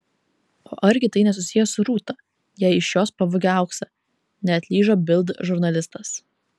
o argi tai nesusiję su rūta jei iš jos pavogė auksą neatlyžo bild žurnalistas